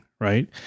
right